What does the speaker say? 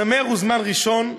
הנמר הוזמן ראשון.